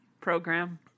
program